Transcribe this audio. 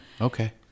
Okay